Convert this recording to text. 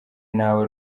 nawe